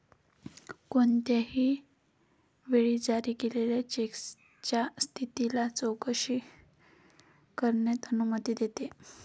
कोणत्याही वेळी जारी केलेल्या चेकच्या स्थितीची चौकशी करण्यास अनुमती देते